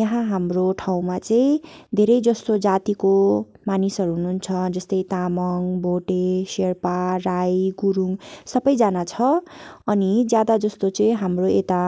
यहाँ हाम्रो ठाउँमा चाहिँ धेरै जस्तो जातिको मानिसहरू हुनुहुन्छ जस्तै तामाङ भोटे शेर्पा राई गुरुङ सबैजना छ अनि ज्यादा जस्तो चाहिँ हाम्रो यता